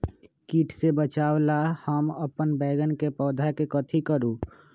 किट से बचावला हम अपन बैंगन के पौधा के कथी करू?